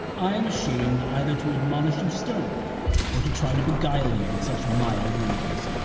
i am ashamed either to admonish you sternly or to try to beguile you with such mild remedies.